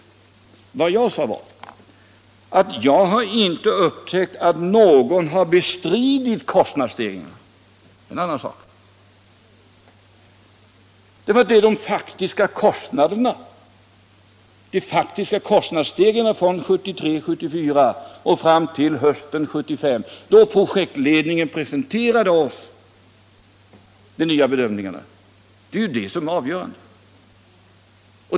Men vad jag sade var att jag inte har hört någon bestrida kostnadsstegringarna. Och det är en annan sak. Det är ju de faktiska kostnadsstegringarna från 1973-1974 fram till hösten 1975, då projektledningen presenterade de nya bedömningarna för oss, som är avgörande.